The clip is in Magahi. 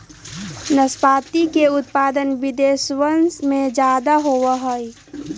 नाशपाती के उत्पादन विदेशवन में ज्यादा होवा हई